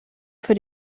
für